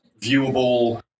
viewable